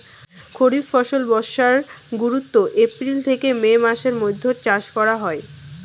খরিফ ফসল বর্ষার শুরুত, এপ্রিল থেকে মে মাসের মৈধ্যত চাষ করা হই